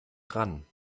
ran